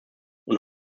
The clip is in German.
und